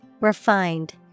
Refined